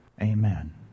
Amen